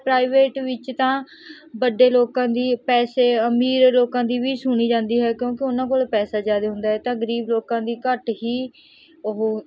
private ਵਿੱਚ ਤਾਂ ਵੱਡੇ ਲੋਕਾਂ ਦੀ ਪੈਸੇ ਅਮੀਰ ਲੋਕਾਂ ਦੀ ਵੀ ਸੁਣੀ ਜਾਂਦੀ ਹੈ ਕਿਉਂਕਿ ਉਹਨਾਂ ਕੋਲ ਪੈਸਾ ਜ਼ਿਆਦਾ ਹੁੰਦਾ ਤਾਂ ਗਰੀਬ ਲੋਕਾਂ ਦੀ ਘੱਟ ਹੀ ਉਹ